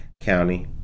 County